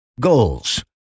goals